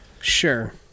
Sure